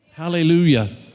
Hallelujah